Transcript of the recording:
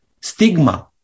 stigma